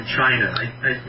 China